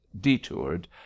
detoured